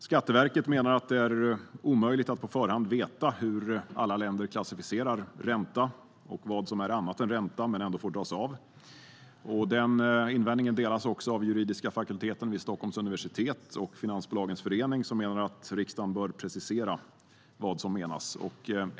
Skatteverket menar att det är omöjligt att på förhand veta hur alla länder klassificerar ränta och vad som är annat än ränta men ändå får dras av. Den invändningen delas även av Juridiska fakulteten vid Stockholms universitet samt Finansbolagens Förening, som menar att riksdagen bör precisera vad som menas.